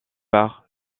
par